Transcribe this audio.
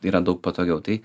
yra daug patogiau tai